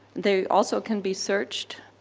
they also can be searched